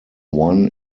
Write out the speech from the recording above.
one